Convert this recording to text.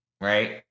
right